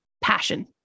passion